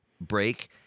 break